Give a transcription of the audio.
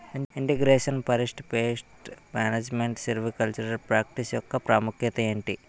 integration forest pest management silvicultural practice యెక్క ప్రాముఖ్యత ఏంటి